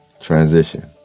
Transition